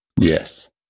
Yes